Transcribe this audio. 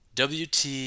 WT